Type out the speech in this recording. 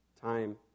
time